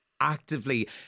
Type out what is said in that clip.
actively